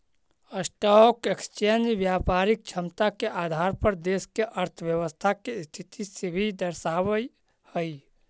stock exchange व्यापारिक क्षमता के आधार पर देश के अर्थव्यवस्था के स्थिति के भी दर्शावऽ हई